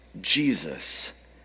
Jesus